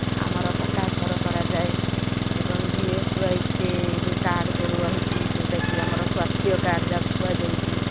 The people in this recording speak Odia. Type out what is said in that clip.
ଆମର ପକ୍କା ଘର କରାଯାଏ ଏବଂ ବି ଏସ୍ କେ ୱାଇ ଯେଉଁ କାର୍ଡ଼ ଯେଉଁ ରହିଛି ଯେଉଁଟାକି ଆମର ସ୍ୱାସ୍ଥ୍ୟ କାର୍ଡ଼ ଯାହାକୁ କୁହାଯାଉଛି